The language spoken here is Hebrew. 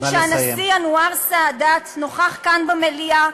כשהנשיא אנואר סאדאת נכח כאן במליאה,